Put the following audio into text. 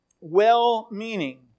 well-meaning